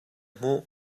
hmuh